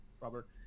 Robert